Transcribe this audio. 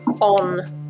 on